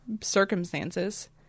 circumstances